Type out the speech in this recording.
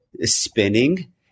spinning